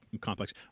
complex